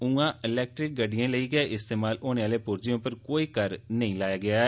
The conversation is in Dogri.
उआ ईलैक्ट्रिक गड्डियें लेई गै इस्तेमाल होनें आहले पुर्जें उप्पर कोई कर नेंई लाया गेआ ऐ